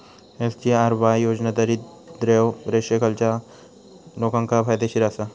SGRY योजना दारिद्र्य रेषेखालच्या लोकांका फायदेशीर आसा